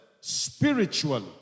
spiritually